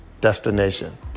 destination